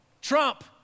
Trump